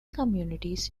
communities